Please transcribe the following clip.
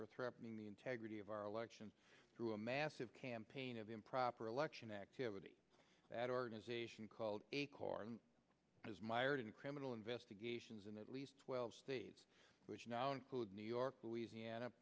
for threatening the integrity of our elections through a massive campaign of improper election activity that organization called acorn is mired in criminal investigations in at least twelve which now include new york louisiana